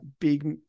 big